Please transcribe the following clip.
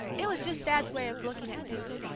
it was just dad's way of looking at things,